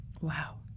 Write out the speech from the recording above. Wow